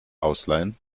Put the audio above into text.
ausleihen